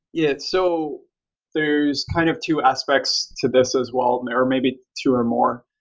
yeah. so there's kind of two aspects to this as well, or maybe two or more.